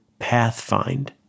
pathfind